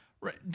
Right